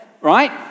right